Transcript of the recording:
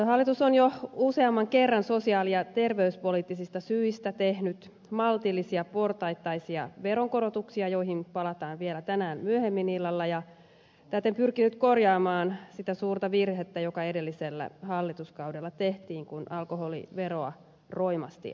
hallitus on jo useamman kerran sosiaali ja terveyspoliittisista syistä tehnyt maltillisia portaittaisia veronkorotuksia joihin palataan vielä tänään myöhemmin illalla ja täten pyrkinyt korjaamaan sitä suurta virhettä joka edellisellä hallituskaudella tehtiin kun alkoholiveroa roimasti alennettiin